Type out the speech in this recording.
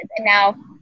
now